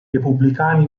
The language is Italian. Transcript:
repubblicani